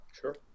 Sure